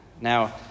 Now